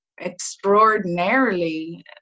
extraordinarily